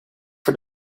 for